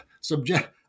subject